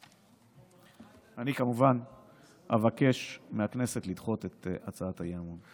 אני כמובן אבקש מהכנסת לדחות את הצעת האי-אמון.